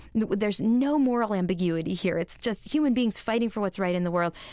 that there's no moral ambiguity here. it's just human beings fighting for what's right in the world.